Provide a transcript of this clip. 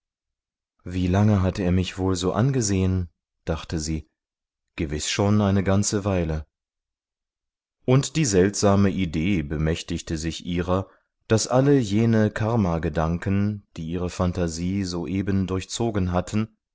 wie lange hat er mich wohl so angesehen dachte sie gewiß schon eine ganze weile und die seltsame idee bemächtigte sich ihrer daß alle jene karmagedanken die ihre phantasie soeben durchzogen hatten